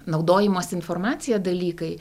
naudojimosi informacija dalykai